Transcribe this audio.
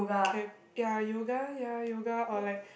can ya yoga ya yoga or like